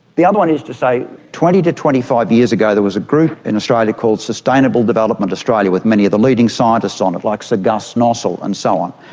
the other one is to say twenty to twenty five years ago there was a group in australia called sustainable development australia with many of the leading scientists on it like sir gus nossal and so on.